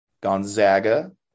gonzaga